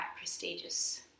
prestigious